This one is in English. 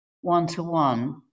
one-to-one